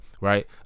right